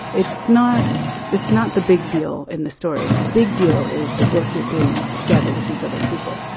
it's not it's not the big deal in the story. the big deal is the work you're doing together with these other people.